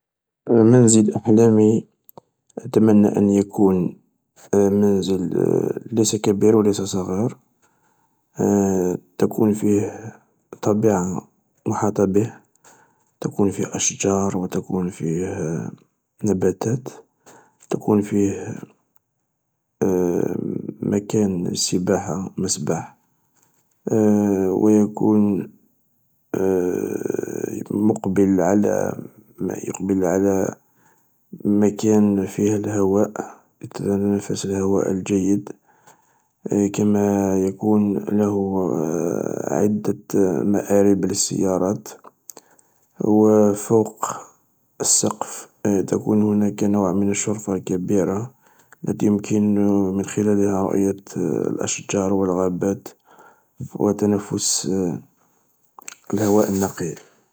منزل احلامي اتمنى ان يكون منزل ليس كبير وليس صغير، تكون فيه طبيعة مخلطة به، تكون فيه اشجار ونكون فيه نباتات، تكون فيه مكان سباحة مسبح، ويكون مقبل على مكان فيه الهواء، تتنفس الهواء الجيد كما يكون له عدة مآرب للسيارات و فوق السقف تكون هناك نوع من الشرفة كبيرة التي يمكن من خلالها رؤية الأشجار و الغابات و تنفس الهواء النقي.